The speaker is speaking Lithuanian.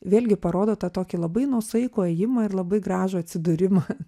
vėlgi parodo tą tokį labai nuosaikų ėjimą ir labai gražų atsidūrimą